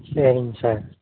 சரிங்க சார்